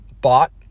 bought